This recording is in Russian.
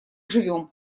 живем